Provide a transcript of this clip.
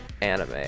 anime